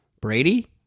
Brady